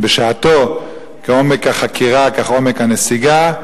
בשעתו: כעומק החקירה כך עומק הנסיגה.